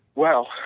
well,